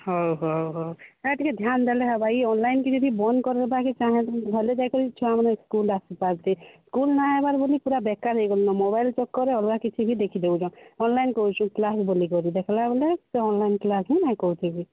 ହଉ ହଉ ହଉ ନାଇଁ ଟିକେ ଧ୍ୟାନ ଦେଲେ ହବା ଇଏ ଅନଲାଇନ୍ କି ଯଦି ବନ୍ଦ୍ କରିଦେବାକେ ଚାହେଁ ଭଲ ଯାଇକରି ଛୁଆମାନେ ସ୍କୁଲ୍ ଆସିପାରନ୍ତେ ସ୍କୁଲ୍ ନାଇଁ ଆଇବାର୍ ବୋଲି ପୁରା ବେକାର୍ ହେଇଗଲେନ ମୋବାଇଲ୍ ଚକ୍କରରେ ଅଲଗା କିଛି ବି ଦେଖି ଦେଉଛନ୍ ଅନଲାଇନ୍ କହୁଛି କ୍ଲାସ୍ ବୋଲିକରି ଦେଖିଲା ବେଲକେ ସେ ଅନଲାଇନ୍ କ୍ଲାସ୍ ନାଇଁ କରୁଥିସି